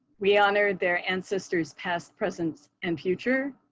we honor their ancestors past, present, and future,